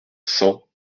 cent